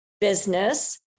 business